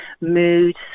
mood